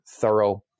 thorough